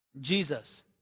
Jesus